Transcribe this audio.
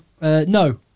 No